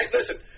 listen